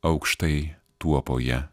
aukštai tuopoje